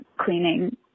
cleaning